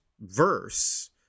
verse